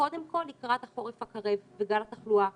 קודם כל לקראת החורף הקרב וגל התחלואה הקרב,